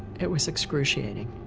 it was excruciating.